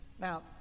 Now